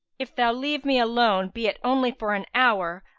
if thou leave me alone, be it only for an hour,